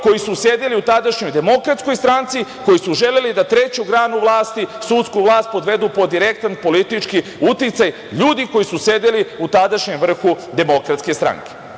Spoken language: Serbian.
koji su sedeli u tadašnjoj Demokratskoj stranci, koji su želeli da treću granu vlasti, sudsku vlast, podvedu pod direktan politički uticaj, ljudi koji su sedeli u tadašnjem vrhu Demokratske stranke. Danas